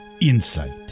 insight